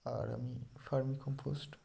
আর আমি vermi compost